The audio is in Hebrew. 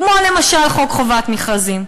כמו למשל חוק חובת המכרזים,